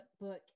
book